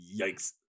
Yikes